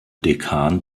dekan